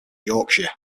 yorkshire